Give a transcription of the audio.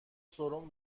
سرم